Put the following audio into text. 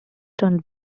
turned